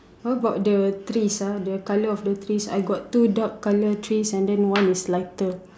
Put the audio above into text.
how about the trees ah the colour of the trees I got two dark colour trees then one is lighter